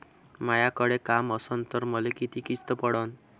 मायाकडे काम असन तर मले किती किस्त पडन?